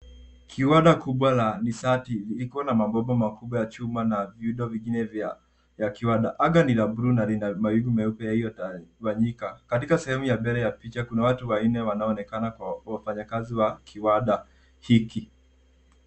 Kiwanda kubwa la nishati likiwa na mabomba ya chuma na miundo mingine vya, ya kiwanda. Anga ni la blue na lina mawingu meupe yaliotawanyika. Katika sehemu ya mbele ya picha kuna watu wanaonekana kwa wafanyakazi wa kiwanda hiki.